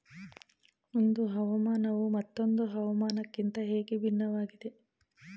ಒಂದು ಹವಾಮಾನವು ಮತ್ತೊಂದು ಹವಾಮಾನಕಿಂತ ಹೇಗೆ ಭಿನ್ನವಾಗಿದೆ?